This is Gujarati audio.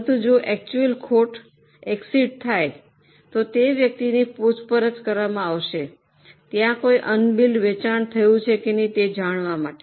પરંતુ જો અક્ટયુઅલ ખોટ ઇકસીડ થાય તો તે વ્યક્તિની પૂછપરછ કરવામાં આવશે ત્યાં કોઈ ઉનબિલ્ડ વેચાણ થયું છે કે નહીં તે જાણવા માટે